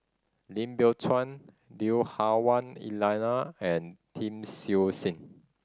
Lim Biow Chuan Lui Hah Wah Elena and Tan Siew Sin